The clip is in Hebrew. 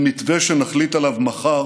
במתווה שנחליט עליו מחר